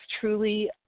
truly